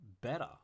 better